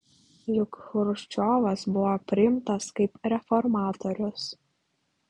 juk chruščiovas buvo priimtas kaip reformatorius